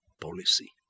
policy